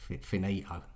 finito